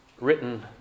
written